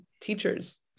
teachers